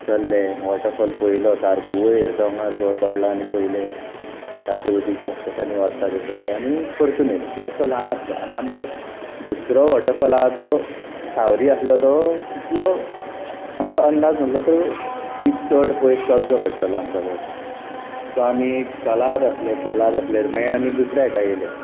चल्ले वोटरफोल पयलो सारको वयर दोंगर कोहो चडलो आनी पयले सारकें उदीक घशघश्यानी वोत्ता तें पयलें आनी परतून एयले कित्याक तो ल्हान आसलो आनी आमकां दुसरो वोटरफोल आसा तो सावरी आसलो तो तितलो आमकां अंदाज नासलो तो की चड पयस चलचो पडटलो आमकां कोहो सो आमी चलात आसले चलात आसले मागीर आमी दुसऱ्या हाका एयले